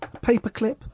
paperclip